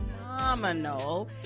phenomenal